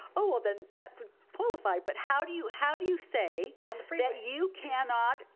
oh, well then that would qualify, but how do you, how do you say. on the freeway. that you cannot,